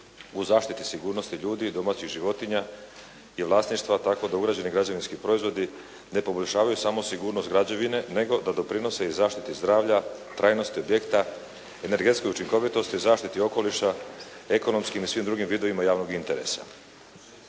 u zaštiti sigurnosti ljudi i domaćih životinja i vlasništva, tako da uređeni građevinski proizvodi ne poboljšavaju samo sigurnost građevine, nego da doprinose i zaštiti zdravlja, trajnosti objekta, energetske učinkovitosti, zaštiti okoliša, ekonomskim i svim drugim vidovima javnog interesa.